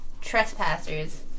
trespassers